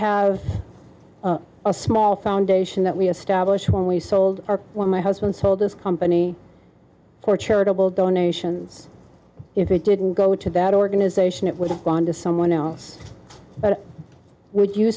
have a small foundation that we have stablished when we sold our one my house and so this company for charitable donations if it didn't go to that organization it would have gone to someone else but would you